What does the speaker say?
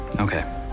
Okay